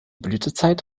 blütezeit